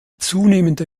zunehmende